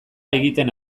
egiten